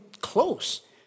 close